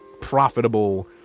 profitable